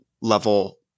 level